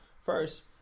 first